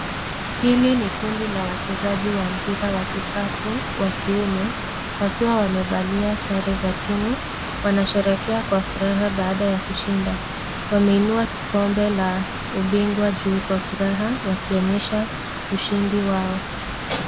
Hili ni kundi la wachezaji wa mpira wa kikapu wa kiume wakiwa wamevalia sare za timu, wanasherehekea kwa furaha baada ya kushinda ,wameinua kikombe la ubingwa juu kwa furaha wakionyesha ushindi wao.